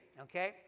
okay